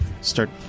Start